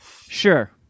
Sure